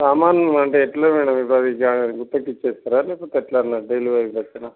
సామాన్లు అంటే ఎట్లా మేడమ్ ఇప్పుడు అది గుత్తకి ఇచ్చేస్తారా లేకపోతే ఎట్లా అన్నట్టు డెలివరీ బట్టీనా